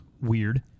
Weird